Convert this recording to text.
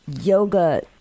yoga